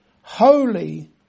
holy